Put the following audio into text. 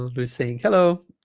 who's saying hello